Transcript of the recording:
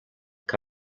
que